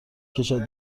کشد